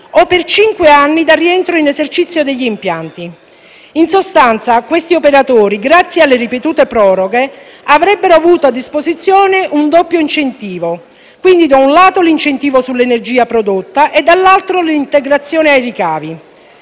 o per cinque anni dal rientro in esercizio degli impianti. In sostanza, questi operatori, grazie alle ripetute proroghe, avrebbero avuto a disposizione un doppio incentivo quindi, da un lato, l'incentivo sull'energia prodotta e, dall'altro, l'integrazione ai ricavi.